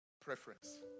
preference